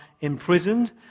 imprisoned